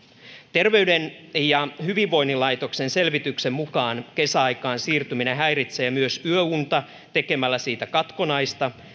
terveyden ja hyvinvoinnin laitoksen selvityksen mukaan kesäaikaan siirtyminen häiritsee myös yöunta tekemällä siitä katkonaista